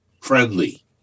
friendly